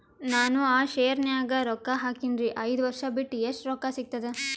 ನಾನು ಆ ಶೇರ ನ್ಯಾಗ ರೊಕ್ಕ ಹಾಕಿನ್ರಿ, ಐದ ವರ್ಷ ಬಿಟ್ಟು ಎಷ್ಟ ರೊಕ್ಕ ಸಿಗ್ತದ?